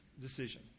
decision